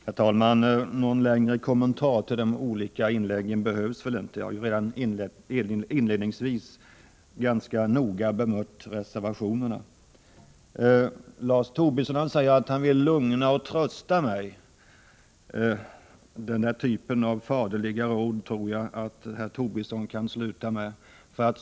Herr talman! Någon längre kommentar till de olika inläggen behövs inte. Jag har redan i mitt tidigare anförande ganska noga bemött reservationerna. Lars Tobisson säger att han vill lugna och trösta mig. Den typen av faderliga råd tror jag att Lars Tobisson kan sluta med.